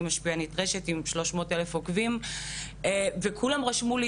אני משפעינית רשת עם 300,000 עוקבים וכולם שאלו אותי,